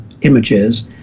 images